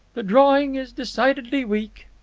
the drawing is decidedly weak.